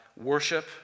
worship